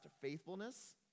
faithfulness